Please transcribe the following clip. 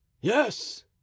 yes